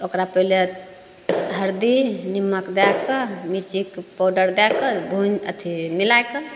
ओकरा पहिले हरदी निम्मक दैके तऽ मिरचीके पाउडर दैके भुनि अथी मिलैके